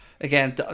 Again